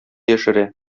яшерә